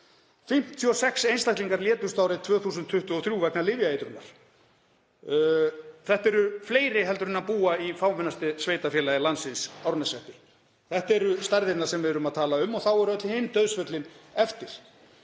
56 einstaklingar létust árið 2023 vegna lyfjaeitrunar. Þetta eru fleiri heldur en búa í fámennasta sveitarfélagi landsins, Árneshreppi. Þetta eru stærðirnar sem við erum að tala um og þá eru öll hin dauðsföllin eftir.